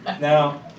Now